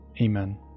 Amen